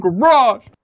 garage